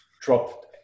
dropped